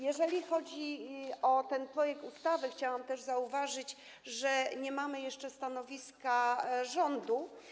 Jeżeli chodzi o ten projekt ustawy, chciałam też zauważyć, że nie mamy jeszcze stanowiska rządu.